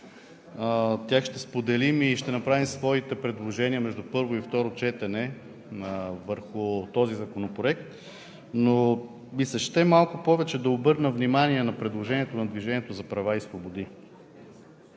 Тях ще споделим и ще направим своите предложения между първо и второ четене върху този законопроект, но ми се ще малко повече да обърна внимание на предложението на „Движението за права и свободи“.